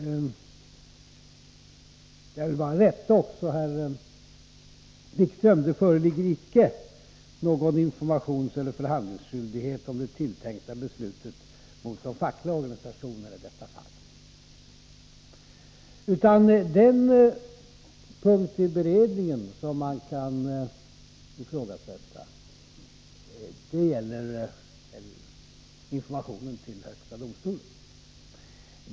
Jag vill bara rätta också herr Wikström. Det förelåg icke någon informationseller förhandlingsskyldighet om det tilltänkta beslutet mot de fackliga organisationerna i detta fall, utan den punkt i beredningen som man kan ifrågasätta gäller informationen till högsta domstolen.